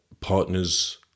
partners